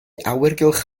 awyrgylch